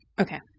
Okay